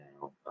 now